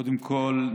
קודם כול,